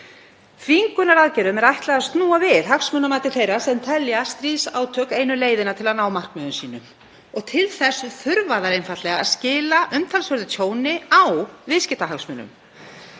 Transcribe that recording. Þvingunaraðgerðum er ætlað að snúa við hagsmunamati þeirra sem telja stríðsátök einu leiðina til að ná markmiðum sínum og til þess þurfa þær einfaldlega að skila umtalsverðu tjóni á viðskiptahagsmunum.